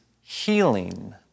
healing